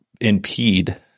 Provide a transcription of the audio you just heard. impede